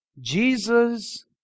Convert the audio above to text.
Jesus